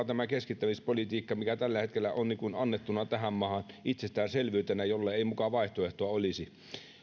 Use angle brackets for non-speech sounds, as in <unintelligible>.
<unintelligible> tämä keskittämispolitiikka mikä tällä hetkellä on niin kuin annettu tähän maahan itsestäänselvyytenä jolle ei muka vaihtoehtoa olisi on kaikin puolin